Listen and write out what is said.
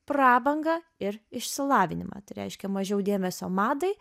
prabangą ir išsilavinimą tai reiškia mažiau dėmesio madai